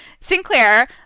sinclair